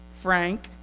Frank